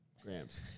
grams